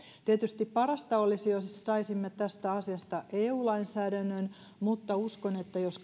tietysti parasta olisi jos saisimme tästä asiasta eu lainsäädännön mutta uskon että jos